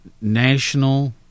national